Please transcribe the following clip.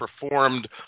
performed